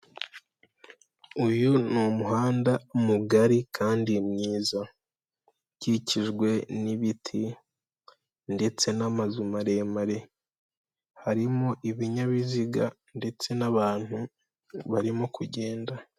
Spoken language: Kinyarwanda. Uyu n'umuhanda mugari, kandi mwiza. Ukikijwe n'ibiti, ndetse n'amazu maremare. Harimo ibinyabiziga, ndetse n'abantu barimo kugenda.